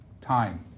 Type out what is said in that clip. time